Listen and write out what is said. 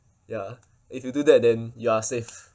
ya if you do that then you are safe